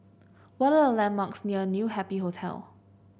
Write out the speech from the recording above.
what are the landmarks near New Happy Hotel